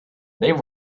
they